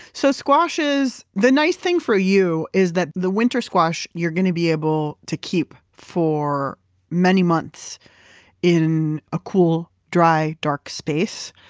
so squash is. the nice thing for you is that those winter squash, you're going to be able to keep for many months in a cool, dry, dark space.